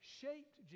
shaped